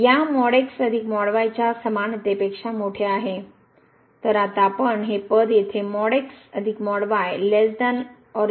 हे यापेक्षा मोठे आहे या च्या समानतेपेक्षा मोठे आहे